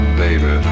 baby